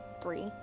three